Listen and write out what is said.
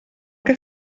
que